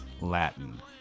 Latin